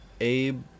Abe